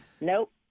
nope